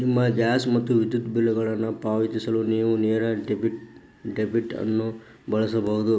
ನಿಮ್ಮ ಗ್ಯಾಸ್ ಮತ್ತು ವಿದ್ಯುತ್ ಬಿಲ್ಗಳನ್ನು ಪಾವತಿಸಲು ನೇವು ನೇರ ಡೆಬಿಟ್ ಅನ್ನು ಬಳಸಬಹುದು